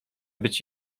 być